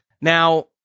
Now